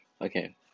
Okay